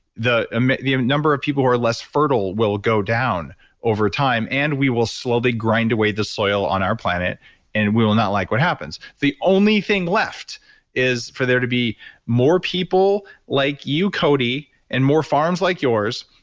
the ah the number of people who are less fertile will go down over time and we will slowly grind away the soil on our planet and we will not like what happens. the only thing left is for there to be more people like you cody and more farms like yours.